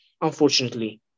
unfortunately